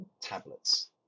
tablets